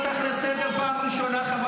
החוצה.